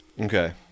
Okay